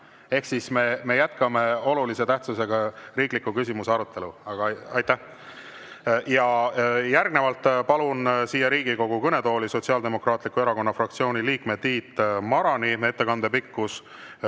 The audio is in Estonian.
Ehk me jätkame olulise tähtsusega riikliku küsimuse arutelu. Aga aitäh! Järgnevalt palun siia Riigikogu kõnetooli Sotsiaaldemokraatliku Erakonna fraktsiooni liikme Tiit Marani. Ettekande pikkus